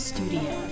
Studio